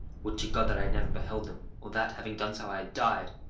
would to god that i had never beheld them, or that, having done so, i had died!